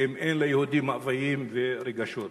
אם אין ליהודים מאוויים ורגשות.